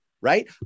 right